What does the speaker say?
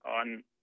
on